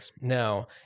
no